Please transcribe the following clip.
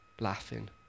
laughing